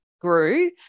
grew